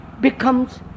becomes